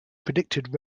predicted